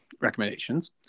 recommendations